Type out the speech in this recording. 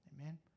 Amen